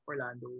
Orlando